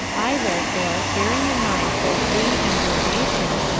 i, therefore, bearing in mind both thee and your nation,